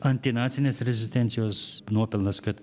antinacinės rezistencijos nuopelnas kad